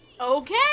Okay